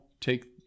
take